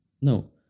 no